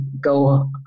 go